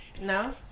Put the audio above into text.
No